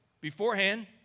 beforehand